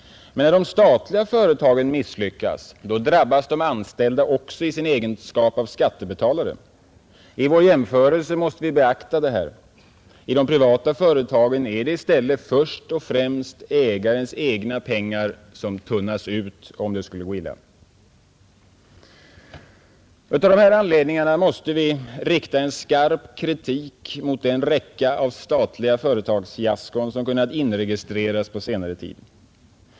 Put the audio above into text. Men när de statliga företagen misslyckas drabbas de anställda också i sin egenskap av skattebetalare. I vår jämförelse måste vi beakta detta. I de privata företagen är det i stället först och främst ägarnas egna pengar som tunnas ut om det skulle gå illa. Vi måste av dessa anledningar rikta skarp kritik mot den räcka av statliga företagsfiaskon som kunnat inregistreras på senare tid.